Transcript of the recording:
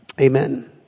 Amen